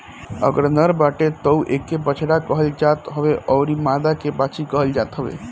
अगर नर बाटे तअ एके बछड़ा कहल जात हवे अउरी मादा के बाछी कहल जाता हवे